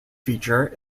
feature